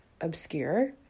obscure